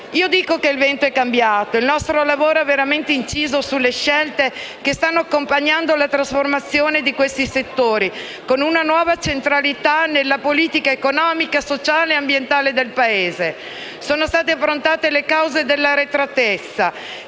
materie. Il vento è cambiato. Il nostro lavoro ha veramente inciso sulle scelte che stanno accompagnando la trasformazione di questi settori, con una nuova centralità nella politica economica, sociale e ambientale del Paese. Sono state affrontate le cause dell'arretratezza;